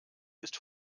ist